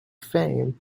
fame